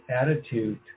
attitude